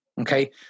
Okay